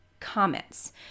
comments